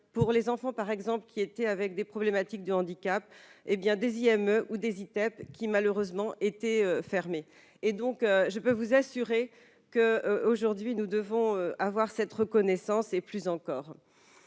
pour les enfants, par exemple, qui était avec des problématiques de handicap, hé bien 2ème ou des ITEP qui malheureusement était fermé et donc je peux vous assurer que, aujourd'hui, nous devons avoir cette reconnaissance et, plus encore,